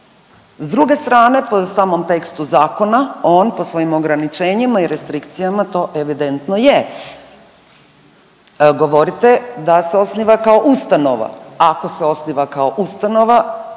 S druge strane po samom tekstu zakona, on po svojim ograničenjima i restrikcijama to evidentno je. Govorite da se osniva kao ustanova, ako se osniva kao ustanova